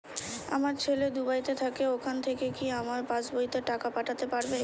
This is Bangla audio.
আমার ছেলে দুবাইতে থাকে ওখান থেকে কি আমার পাসবইতে টাকা পাঠাতে পারবে?